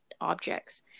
objects